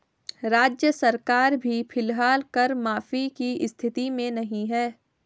राज्य सरकार भी फिलहाल कर माफी की स्थिति में नहीं है